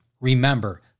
Remember